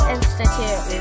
Institute